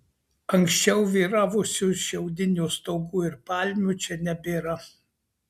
anksčiau vyravusių šiaudinių stogų ir palmių čia nebėra